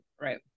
Right